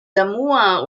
samoa